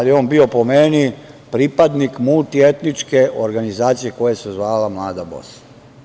On je bio po meni pripadnik multietničke organizacije koja se zvala „Mlada Bosna“